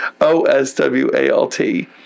O-S-W-A-L-T